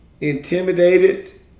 intimidated